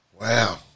Wow